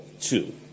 two